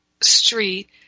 street